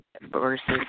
versus